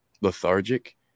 lethargic